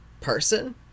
person